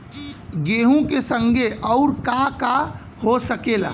गेहूँ के संगे आऊर का का हो सकेला?